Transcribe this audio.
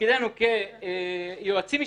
תפקידנו כיועצים משפטיים,